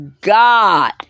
God